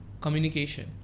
Communication